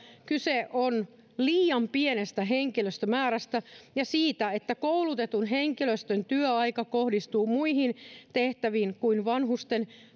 kyse on liian pienestä henkilöstömäärästä ja siitä että koulutetun henkilöstön työaika kohdistuu muihin tehtäviin kuin vanhusten